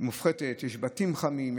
יש בתים חמים,